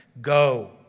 Go